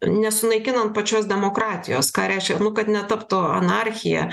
nesunaikinant pačios demokratijos ką reiškia nu kad netaptų anarchija